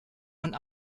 und